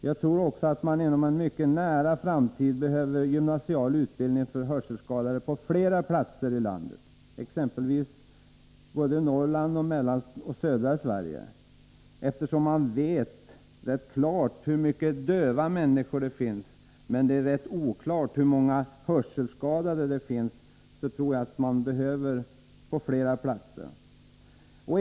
Jag tror också att man inom en mycket nära framtid behöver gymnasial utbildning för hörselskadade på flera platser i landet, exempelvis i Mellannorrland och södra Sverige. Eftersom man vet rätt bra hur många döva människor det finns men är ganska osäker om hur många hörselskadade det finns, tror jag att gymnasial utbildning behövs på flera platser.